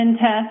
test